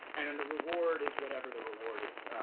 and and the reward is whatever the reward is. ah